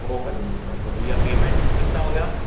वो कर दीजिएगा तो भैया पेमेंट कितना हो गया